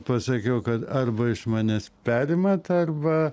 pasakiau kad arba iš manęs perima tą arba